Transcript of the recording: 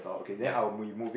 ya